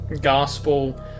gospel